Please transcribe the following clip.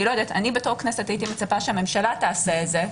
אני ככנסת הייתי מצפה שהממשלה תעשה את זה,